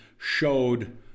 showed